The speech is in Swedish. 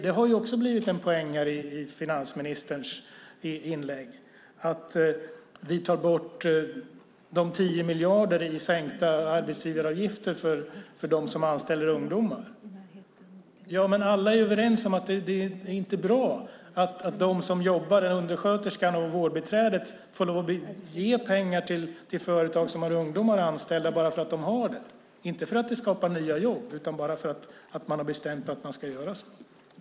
Det har också blivit en poäng i finansministerns inlägg att vi tar bort de 10 miljarderna i sänkta arbetsgivaravgifter för dem som anställer ungdomar. Ja, men alla är ju överens om att det inte är bra att de som jobbar, undersköterskan och vårdbiträdet, får ge pengar till företag som har ungdomar anställda bara för att de har det - inte för att det skapar nya jobb utan bara för att det har bestämts att man ska göra så.